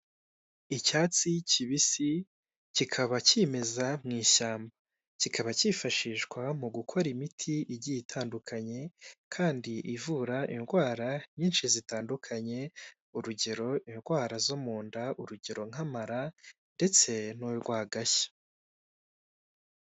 Icyatsi kibisi, kikaba kimeza mw’ishyamba, kikaba cyifashishwa mu gukora imiti igiye itandukanye kandi ivura indwara nyinshi zitandukanye. Urugero indwara zo mu nda, urugero nk'amara ndetse n'urwagashya.